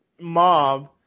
mob